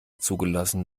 zugelassen